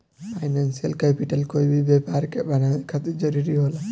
financial capital कोई भी व्यापार के बनावे खातिर जरूरी होला